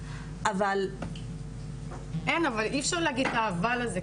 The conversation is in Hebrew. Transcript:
אבל --- אבל אי אפשר להגיד את ה'אבל' הזה,